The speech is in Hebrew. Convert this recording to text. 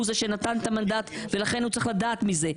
הוא זה שנתן את המנדט ולכן הוא צריך לדעת מזה.